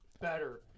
Better